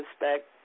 respect